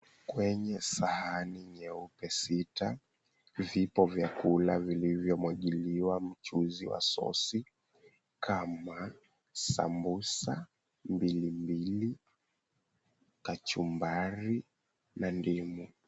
Kwenye sahani nyeupe sita, vipo vyakula vilivyomwagiliwa mchuzi wa sosi kama; sambusa mbili mbili, kachumbari na ndimu.